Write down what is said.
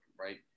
right